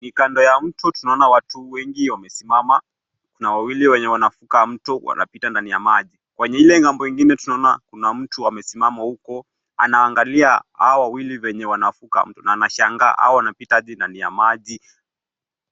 Ni kando ya mto tunaona watu wengi wamesimama. Kuna wawili wenye wanavuka mto wanapita ndani ya maji. Kwenue ile ng'ambo ingine tunaona kuna mtu amesimama huko anaangalia hawa wawili wanavuka mto. Na anashangaa, hawa wawili wanavuka aje ndani ya maji?